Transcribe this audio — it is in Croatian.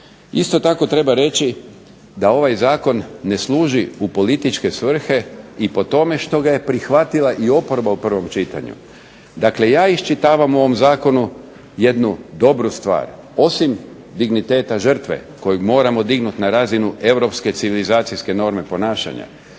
Isto tako treba reći da ovaj zakon ne služi u političke svrhe i po tome što ga je prihvatila i oporba u prvom čitanju. Dakle, ja iščitavam u ovom zakonu jednu dobru stvar. osim digniteta žrtve koju moramo dignuti na razinu europske civilizacijske norme ponašanja,